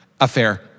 Affair